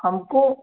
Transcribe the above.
ہم کو